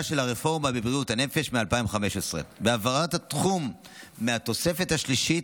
של הרפורמה בבריאות הנפש מ-2015 בהעברת התחום מהתוספת השלישית,